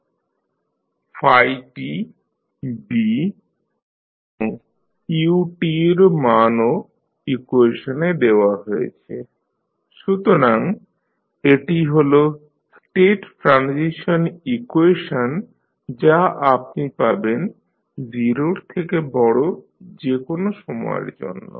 xt2e t e 2t e t e 2t 2e t2e 2t e t2e 2t x005 e t05e 2t e t e 2t t≥0 সুতরাং এটি হল state transition equation যা আপনি পাবেন 0 এর থেকে বড় যে কোন সময়ের জন্য